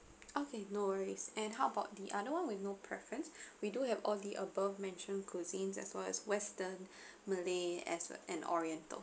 okay no worries and how about the other one with no preference we do have all the above mentioned cuisines as well as western malay as well as oriental